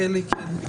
כן.